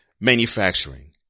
manufacturing